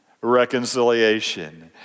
reconciliation